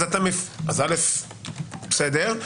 בסדר.